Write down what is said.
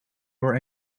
are